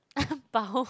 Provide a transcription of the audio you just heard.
包